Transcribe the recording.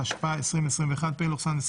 התשפ"א 2021 (פ/1631/24),